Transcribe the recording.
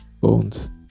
bones